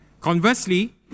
Conversely